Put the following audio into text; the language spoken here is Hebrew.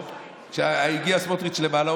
כשהגיע סמוטריץ' למעלה,